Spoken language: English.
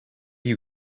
you